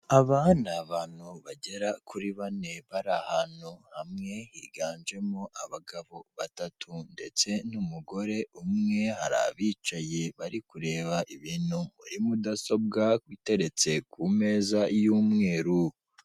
Aba ni abantu bagera kuri bane bari ahantu hamwe, higanjemo abagabo batatu ndetse n'umugore umwe, hari abicaye bari kureba ibintu muri mudasobwa iteretse ku meza y'umweru.